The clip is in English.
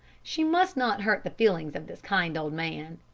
she must not hurt the feelings of this kind old man!